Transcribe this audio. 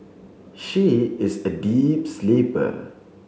she is a deep sleeper